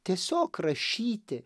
tiesiog rašyti